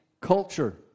culture